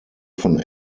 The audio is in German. von